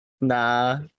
Nah